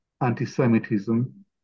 anti-Semitism